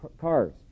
cars